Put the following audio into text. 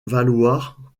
valoir